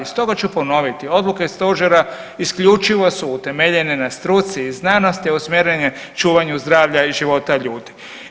Stoga ću ponoviti, odluke stožera isključivo su utemeljene na struci i znanosti usmjerene čuvanju zdravlja i života ljudi.